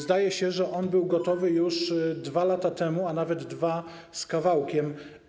Zdaje się, że on był gotowy już 2 lata temu, a nawet 2 lata temu z kawałkiem.